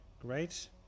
Great